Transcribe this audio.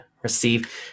receive